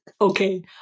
okay